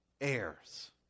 heirs